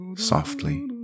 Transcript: softly